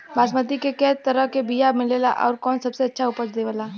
बासमती के कै तरह के बीया मिलेला आउर कौन सबसे अच्छा उपज देवेला?